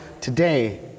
today